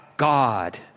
God